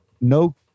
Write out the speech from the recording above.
no